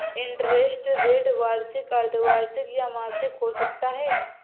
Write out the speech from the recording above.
interest rate वार्षिक, अर्द्धवार्षिक या मासिक हो सकता है